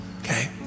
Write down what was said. okay